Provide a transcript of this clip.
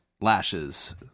lashes